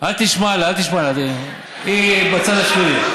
אל תשמע לה, היא בצד השני.